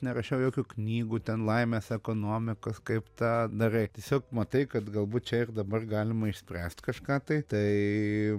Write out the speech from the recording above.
nerašiau jokių knygų ten laimės ekonomikos kaip tą darai tiesiog matai kad galbūt čia ir dabar galima išspręst kažką tai tai